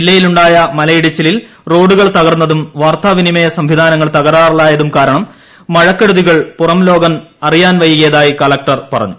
ജില്ലയിലുണ്ടായ മലയിടിച്ചിലിൽ റോഡുകൾ തകർന്നതും വാർത്ത വിനിമയ സംവിധാനങ്ങൾ തകരാറിലായതും കാരണം മഴക്കെടുതികൾ പുറംലോകം അറിയാൻ വൈകിയതായി കളക്ടർ പറഞ്ഞു